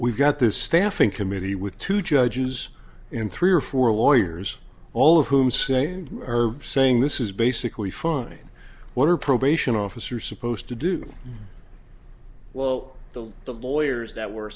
we've got this staffing committee with two judges in three or four lawyers all of whom say saying this is basically fine what are probation officer supposed to do well the lawyers that were